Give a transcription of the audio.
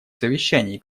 совещаний